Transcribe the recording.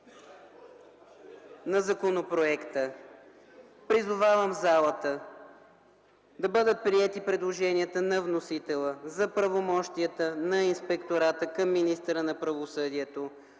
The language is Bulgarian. на законопроекта, призовавам залата да бъдат приети предложенията на вносителя за правомощията на Инспектората към министъра на правосъдието,